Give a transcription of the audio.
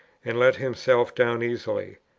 and let himself down easily.